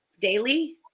daily